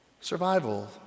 Survival